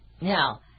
Now